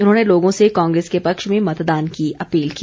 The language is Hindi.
उन्होंने लोगों से कांग्रेस के पक्ष में मतदान की अपील की